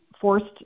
forced